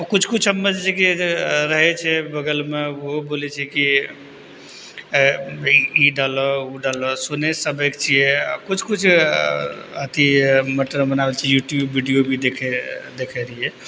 किछु किछु हमे जे की रहै छै बगलमे ओहो बोलै छै कि ई डालऽ ओ डालऽ सुनै सबेके छियै किछु किछु अथी मटन बनाबै छियै यूट्यूब वीडियो भी देखै देखै रहियै